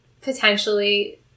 potentially